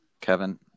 Kevin